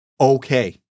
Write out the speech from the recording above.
Okay